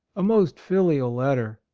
a most filial letter,